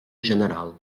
general